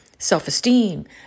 self-esteem